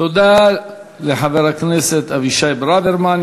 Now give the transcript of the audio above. תודה לחבר הכנסת אבישי ברוורמן.